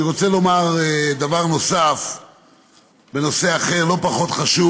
אני רוצה לומר דבר נוסף בנושא אחר לא פחות חשוב.